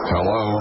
Hello